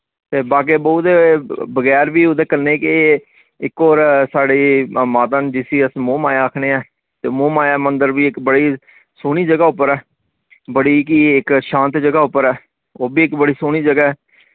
ते बाग ए बहु दे बगैर वी ओह्दे कन्नै गे इक और साढ़ी माता न जिसी अस मोह माया आखने ऐं ते मोह माया मंदर वी इक बड़ी सोह्नी जगह उप्पर ऐ बड़ी कि इक शांत जगह उप्पर ऐ ओह् बी इक बड़ी सोह्नी जगह ऐ